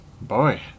Boy